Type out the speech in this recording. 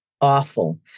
awful